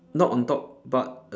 not on top but